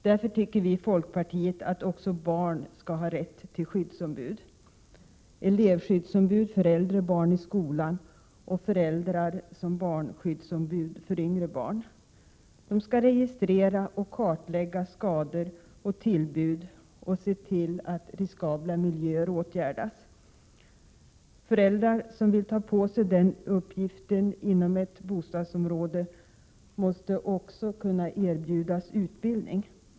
Därför tycker vi i folkpartiet att också barn skall ha rätt till skyddsombud — elevskyddsombud för äldre barn i skolan och föräldrar som barnskyddsombud för yngre barn. De skall registrera och kartlägga skador och tillbud och se till att riskabla miljöer åtgärdas. Föräldrar som vill ta på sig den uppgiften inom ett bostadsområde måste också kunna erbjudas utbildning.